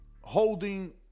holding